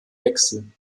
wechsel